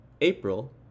April